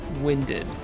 winded